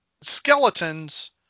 skeletons